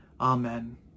amen